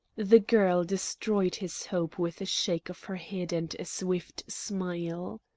the girl destroyed his hope with a shake of her head and a swift smile.